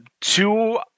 two